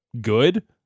good